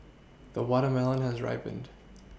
the watermelon has ripened